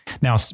Now